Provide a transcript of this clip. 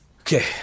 Okay